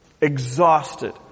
Exhausted